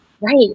Right